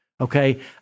okay